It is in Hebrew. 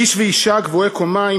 איש ואישה גבוהי קומה,